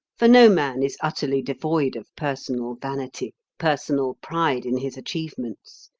for no man is utterly devoid of personal vanity, personal pride in his achievements,